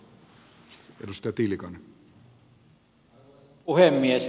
arvoisa puhemies